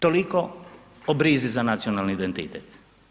Toliko o brizi za nacionalni identitet.